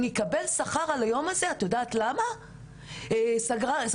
אני אקבל שכר על היום הזה?.." ואת יודעת למה היא שאלה אותי דבר כזה?